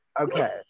Okay